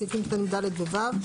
בסעיפים קטנים (ד) ו-(ו),